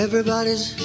Everybody's